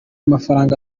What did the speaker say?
mafaranga